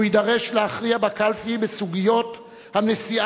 הוא יידרש להכריע בקלפי בסוגיות הנשיאה